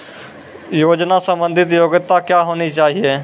योजना संबंधित योग्यता क्या होनी चाहिए?